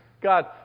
God